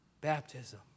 Baptism